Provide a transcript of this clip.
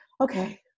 okay